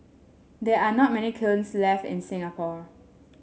there are not many kilns left in Singapore